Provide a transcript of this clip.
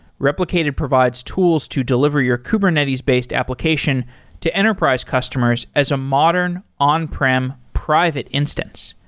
replicated provides tools to deliver your kubernetes-based application to enterprise customers as a modern on prem private instance.